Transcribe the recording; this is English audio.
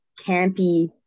campy